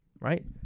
right